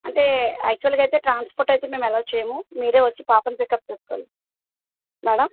అంటే యాక్చువల్గా అయితే ట్రాన్స్పోర్ట్ అయితే మేము అలో చేయం మీరే వచ్చి పాపని పికప్ చేసుకోవాలి మేడం